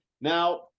Now